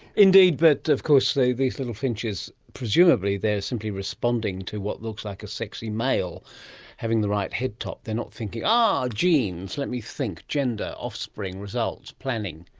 indeed, but of course these little finches, presumably they're simply responding to what looks like a sexy male having the right head-top, they're not thinking, ah, genes, let me think, gender, offspring, results, planning'.